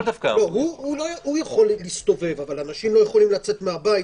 הוא יכול להסתובב אבל אנשים לא יכולים לצאת מהבית,